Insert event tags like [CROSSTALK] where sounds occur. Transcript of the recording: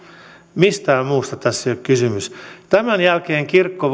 mistään muusta tässä ei ole kysymys tämän jälkeen kirkko [UNINTELLIGIBLE]